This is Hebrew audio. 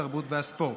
התרבות והספורט.